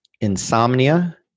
insomnia